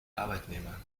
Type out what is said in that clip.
arbeitnehmer